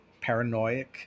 paranoid